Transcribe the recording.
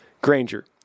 GRANGER